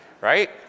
right